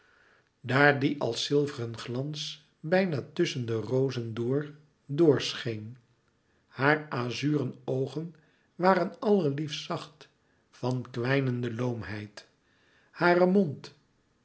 daar die als zilveren glans bijna tusschen de rozen dor door scheen hare azuren oogen waren allerliefst zacht van kwijnende loomheid hare mond